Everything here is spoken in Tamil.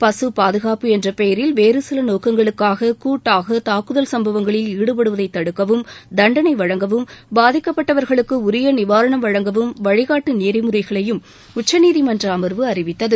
பசு பாதுகாப்பு என்ற பெயரில் வேறு சில நோக்கங்களுக்காக கூட்டாக தாக்குதல் சம்பவங்களில் ஈடுபடுவதை தடுக்கவும் தண்டனை வழங்கவும் பாதிக்கப்பட்டவர்களுக்கு உரிய நிவாரணம் வழங்கவும் வழிகாட்டு நெறிமுறைகளையும் உச்சநீதிமன்ற அமர்வு அறிவித்தது